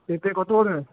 পেঁপে কত করে